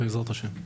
בעזרת השם.